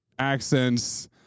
accents